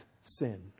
sin